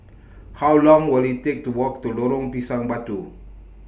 How Long Will IT Take to Walk to Lorong Pisang Batu